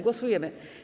Głosujemy.